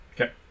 Okay